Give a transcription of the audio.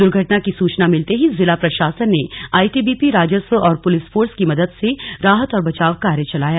दुर्घटना की सूचना मिलते ही जिला प्रशासन ने आईटीबीपी राजस्व और पुलिस फोर्स की मदद से राहत और बचाव कार्य चलाया